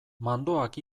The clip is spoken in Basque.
mandoak